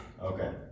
Okay